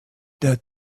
der